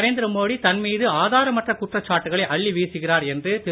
நரேந்திர மோடி தன் மீது ஆதாரமற்ற குற்றச்சாட்டுகளை அள்ளி வீசுகிறார் என்று திரு